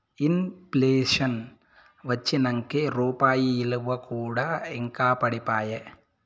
in ప్లేషన్ వచ్చినంకే రూపాయి ఇలువ కూడా ఇంకా పడిపాయే